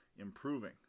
improving